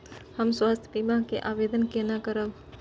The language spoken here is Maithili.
हम स्वास्थ्य बीमा के आवेदन केना करब?